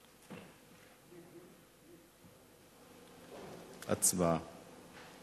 הצבעה.